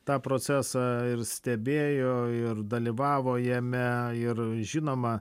tą procesą ir stebėjo ir dalyvavo jame ir žinoma